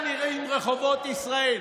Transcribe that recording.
שיתפטר, ככה נראים רחובות ישראל.